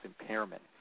impairment